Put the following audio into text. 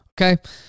Okay